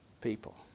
people